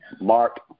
Mark